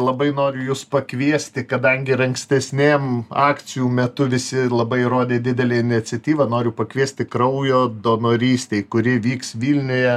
labai noriu jus pakviesti kadangi ir ankstesnėm akcijų metu visi labai rodė didelę iniciatyvą noriu pakviesti kraujo donorystei kuri vyks vilniuje